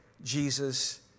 Jesus